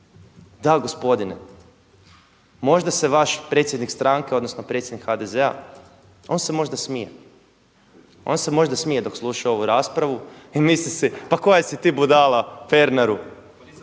Da gospodine, možda se vaš predsjednik stranke, odnosno predsjednik HDZ-a on se možda smije. On se možda smije dok sluša ovu raspravu i misli si pa koja si ti budala Pernaru.